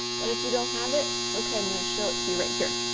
but if you don't have it, its okay, i'm gonna show it to you right here.